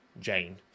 Jane